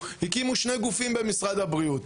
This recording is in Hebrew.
הקימו שני גופים במשרד הבריאות.